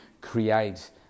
create